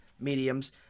mediums